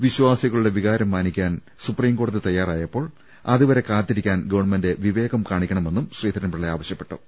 വിശ്വാസികളുടെ വികാരം മാനിക്കാൻ സുപ്രീം കോടതി തയ്യാറായപ്പോൾ അതുവരെ കാത്തിരിക്കാൻ ഗവൺ മെന്റ് വിവേകം കാണിക്കണമെന്നും ശ്രീധരൻപിളള ആവശ്യപ്പെട്ടു